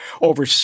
over